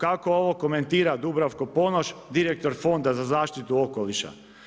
Kako ovo komentira Dubravko Ponoš direktor Fonda za zaštitu okoliša?